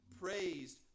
praised